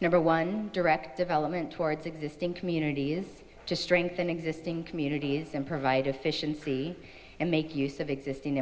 number one direct development towards existing communities to strengthen existing communities and provide efficiency and make use of existing